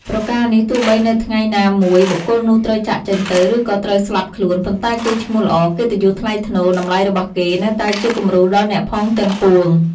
ប្រការនេះ ទោះបីនៅថ្ងៃណាមួយបុគ្គលនោះត្រូវចាកចេញទៅ ឬក៏ត្រូវស្លាប់ខ្លួន ប៉ុន្តែកេរ្តិ៍ឈ្មោះល្អ កិត្តិយសថ្លៃថ្នូរ តម្លៃរបស់គេ នៅតែជាគំរូដល់អ្នកផងទាំងពួង។